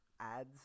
ads